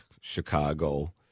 Chicago